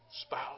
spouse